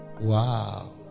wow